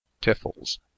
Tiffles